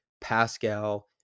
pascal